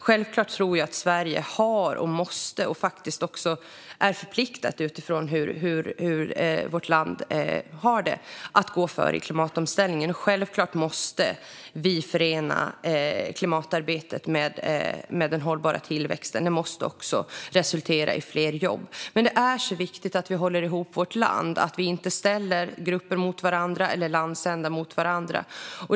Självklart tror jag att Sverige, utifrån hur vårt land har det, är förpliktat att gå före i klimatomställningen, och självklart måste vi förena klimatarbetet med den hållbara tillväxten. Det måste också resultera i fler jobb. Men det är viktigt att vi håller ihop vårt land - att vi inte ställer grupper eller landsändar mot varandra.